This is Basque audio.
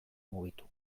mugitu